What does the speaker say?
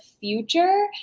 future